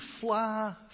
fly